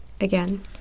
Again